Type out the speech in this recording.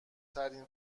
ترین